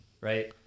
right